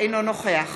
אינו נוכח